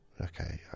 okay